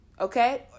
okay